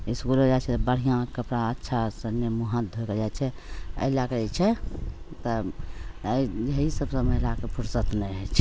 इसकुलो जाइ छै तऽ बढ़िआँ कपड़ा अच्छासे मुँह हाथ धोइके जाइ छै एहि लैके जे छै तऽ इएह सबसे महिलाके फुरसति नहि होइ छै